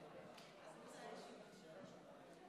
איפה נעלם חבר הכנסת בנט?